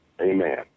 Amen